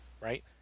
right